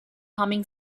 humming